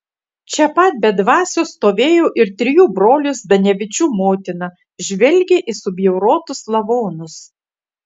čia pat be dvasios stovėjo ir trijų brolių zdanevičių motina žvelgė į subjaurotus lavonus